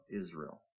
Israel